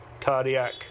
Cardiac